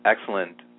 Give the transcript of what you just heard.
excellent